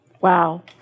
Wow